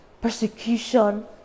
persecution